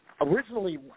Originally